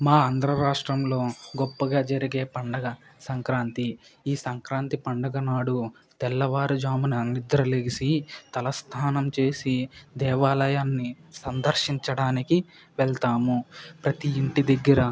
మా ఆంధ్ర రాష్ట్రంలో గొప్పగా జరిగే పండగ సంక్రాంతి ఈ సంక్రాంతి పండగ నాడు తెల్లవారుజామున నిద్రలేసి తలస్నానం చేసి దేవాలయాన్ని సందర్శించడానికి వెళతాము ప్రతీ ఇంటి దగ్గర